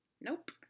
Nope